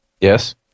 Yes